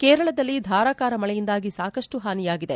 ಕೇರಳದಲ್ಲಿ ಧಾರಾಕಾರ ಮಳೆಯಿಂದಾಗಿ ಸಾಕಷ್ಟು ಹಾನಿಯಾಗಿದೆ